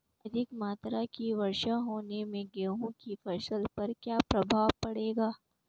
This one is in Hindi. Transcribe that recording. अधिक मात्रा की वर्षा होने से गेहूँ की फसल पर क्या प्रभाव पड़ेगा?